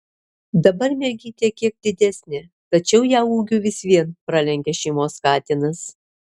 dabar mergytė kiek didesnė tačiau ją ūgiu vis vien pralenkia šeimos katinas